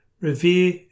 revere